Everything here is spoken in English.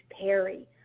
Perry